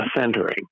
centering